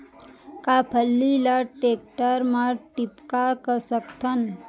का फल्ली ल टेकटर म टिपका सकथन?